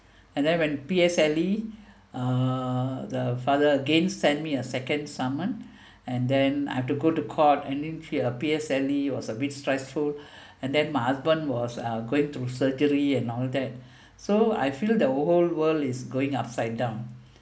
and then when P_S_L_E uh the father again sent me a second summon and then I have to go to court and then she uh P_S_L_E was a bit stressful and then my husband was uh going to surgery and all that so I feel the whole world is going upside down